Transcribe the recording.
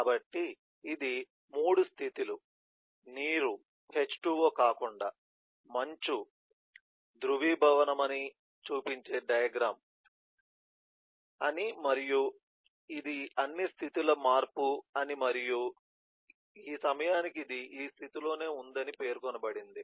కాబట్టి ఇది 3 స్థితి లు నీరు H2O కాకుండా మంచు ద్రవీభవనమని చూపించే డయాగ్రమ్ అని మరియు ఇది అన్ని స్థితిల మార్పు అని మరియు ఈ సమయానికి ఇది ఈ స్థితిలోనే ఉందని పేర్కొనబడింది